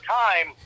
time